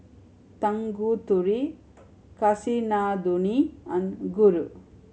Tanguturi Kasinadhuni and Guru